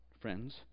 friends